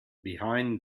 behind